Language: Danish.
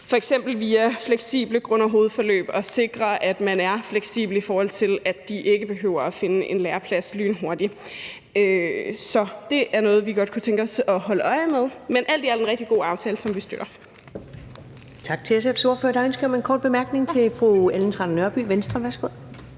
f.eks. via fleksible grund- og hovedforløb og ved at sikre, at man er fleksibel, i forhold til at de ikke behøver at finde en læreplads lynhurtigt. Så det er noget, vi godt kunne tænke os at holde øje med. Men alt i alt er det en rigtig god aftale, som vi støtter.